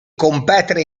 competere